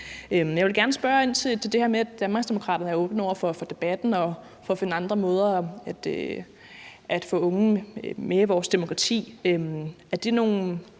siger, at man er åben for debatten og for at finde andre måder at få unge med i vores demokrati